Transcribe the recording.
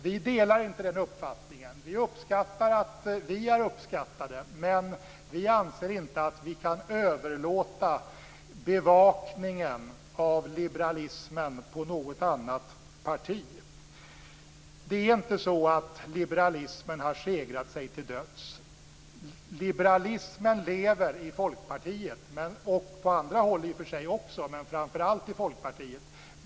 Vi delar inte den uppfattningen. Vi uppskattar att vi är uppskattade, men vi anser inte att vi kan överlåta bevakningen av liberalismen på något annat parti. Det är inte så att liberalismen har segrat sig till döds. Liberalismen lever i Folkpartiet, och på andra håll också, men framför allt i Folkpartiet.